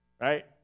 Right